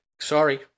Sorry